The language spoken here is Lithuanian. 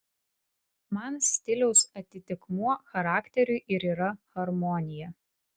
man stiliaus atitikmuo charakteriui ir yra harmonija